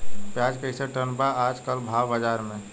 प्याज कइसे टन बा आज कल भाव बाज़ार मे?